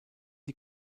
die